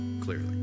clearly